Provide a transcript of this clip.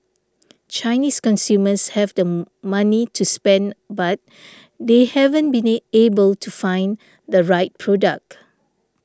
Chinese consumers have the money to spend but they haven't been A able to find the right product